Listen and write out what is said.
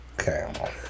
Okay